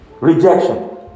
Rejection